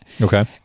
okay